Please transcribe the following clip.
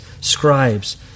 scribes